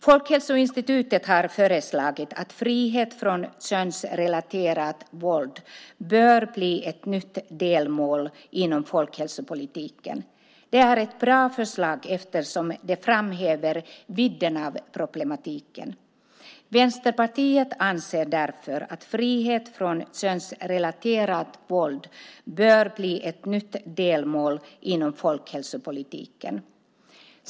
Folkhälsoinstitutet har föreslagit att frihet från könsrelaterat våld bör bli ett nytt delmål inom folkhälsopolitiken. Det är ett bra förslag eftersom det framhäver vidden av problematiken. Vänsterpartiet anser därför att frihet från könsrelaterat våld bör bli ett nytt delmål inom folkhälsopolitiken.